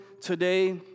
today